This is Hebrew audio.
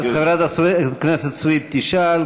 אז חברת הכנסת סויד תשאל,